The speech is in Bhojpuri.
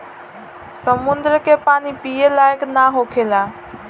समुंद्र के पानी पिए लायक ना होखेला